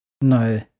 No